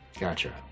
Gotcha